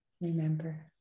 Remember